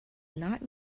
not